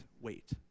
wait